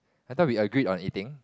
I thought we agreed on eating